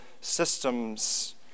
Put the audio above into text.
systems